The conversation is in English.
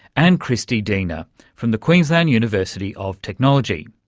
and christy dena from the queensland university of technology.